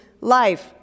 life